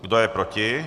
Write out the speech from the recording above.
Kdo je proti?